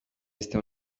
este